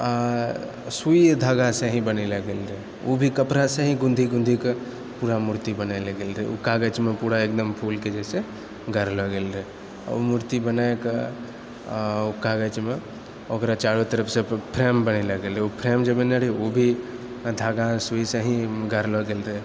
सुइ धागासँ ही बनेलऽ गेल रहै ओ भी कपड़ासँ ही गूँथि गूँथिके पूरा मूर्ति बनेलऽ गेल रहै ओ कागजमे पूरा एकदम फूलके जैसे गढ़लऽ गेल रहै आओर मूर्ति बनाकऽ आओर ओ कागजमे ओकरा चारो तरफसँ फ्रेम बनेलऽ गेल रहै ओ फ्रेम जे बनेने रहै ओ भी धागा सुइसँ ही गाढ़लऽ गेल रहै